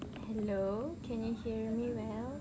hello can you hear me well